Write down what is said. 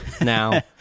now